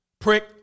Prick